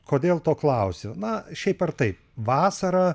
kodėl to klausiu na šiaip ar taip vasarą